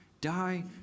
die